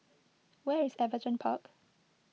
where is Everton Park